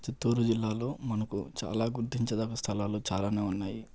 చిత్తూరు జిల్లాలో మనకు చాలా గుర్తించదగ్గ స్థలాలు చాలానే ఉన్నాయి